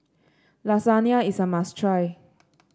lasagna is a must try